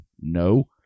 no